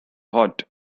hot